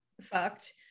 fucked